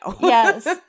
Yes